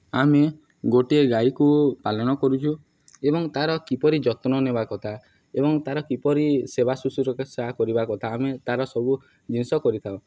ଆମେ ଗୋଟିଏ ଗାଈକୁ ପାଳନ କରୁଛୁ ଏବଂ ତା'ର କିପରି ଯତ୍ନ ନେବା କଥା ଏବଂ ତା'ର କିପରି ସେବା ଶୁଶ୍ରୂଷା କରିବା କଥା ଆମେ ତା'ର ସବୁ ଜିନିଷ କରିଥାଉ